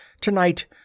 Tonight—